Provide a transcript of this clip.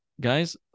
guys